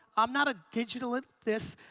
i'm not ah digitalant this.